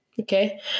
Okay